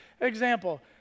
Example